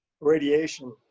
radiation